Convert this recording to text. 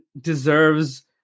deserves